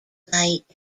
light